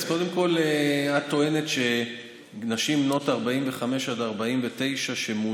אז קודם כול את טוענת שנשים בנות 45 49 שמעוניינות,